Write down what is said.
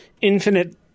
infinite